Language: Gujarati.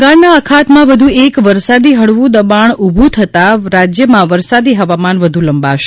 બંગાળના અખાતમાં વધુ એક વરસાદી હળવું દબાણ ઊભું થતાં રાજ્યમાં વરસાદી હવામાન વધુ લંબાશે